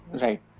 Right